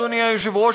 אדוני היושב-ראש,